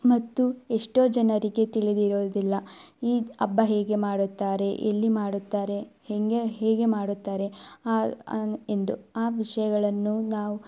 ಮತ್ತು ಎಷ್ಟೋ ಜನರಿಗೆ ತಿಳಿದಿರುವುದಿಲ್ಲ ಈ ಹಬ್ಬ ಹೇಗೆ ಮಾಡುತ್ತಾರೆ ಎಲ್ಲಿ ಮಾಡುತ್ತಾರೆ ಹೇಗೆ ಹೇಗೆ ಮಾಡುತ್ತಾರೆ ಆ ಎಂದು ಆ ವಿಷಯಗಳನ್ನು ನಾವು